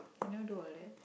I never do or lead